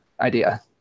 idea